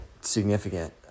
significant